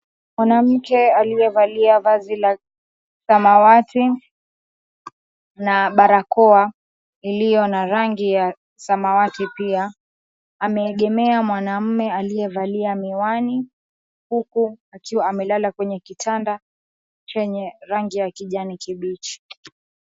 Mwanamke aliyevalia vazi la samawati na barakoa iliyo na rangi ya samawati pia ameegemea mwanaume aliyevalia miwani huku akiwa amelala kwenye kitanda chenye rangi ya kijani kibichi.